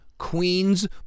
queen's